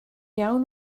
iawn